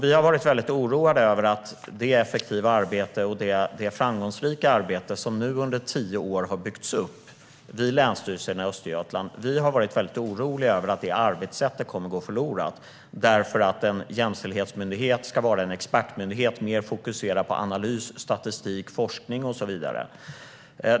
Vi har varit oroade för att det effektiva och framgångsrika arbetssätt som under tio år har byggts upp vid Länsstyrelsen i Östergötlands län nu kommer att gå förlorat. En jämställdhetsmyndighet ska vara en expertmyndighet mer fokuserad på analys, statistik, forskning och så vidare.